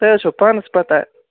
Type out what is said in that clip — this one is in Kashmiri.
تۄہہِ حظ چھَوٕ پانس پتاہ